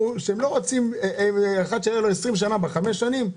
שהם לא רוצים אחד שהיה לו 20 שנים ו-5 שנים,